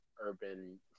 urban